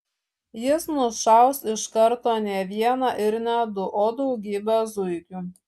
jis nušaus iš karto ne vieną ir ne du o daugybę zuikių